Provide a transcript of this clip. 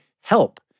help